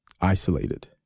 isolated